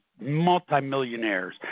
multimillionaires